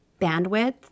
bandwidth